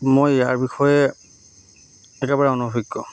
মই ইয়াৰ বিষয়ে একেবাৰে অনভিজ্ঞ